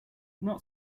not